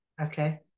okay